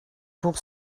pour